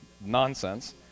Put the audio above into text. nonsense